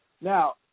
Now